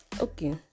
Okay